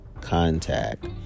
contact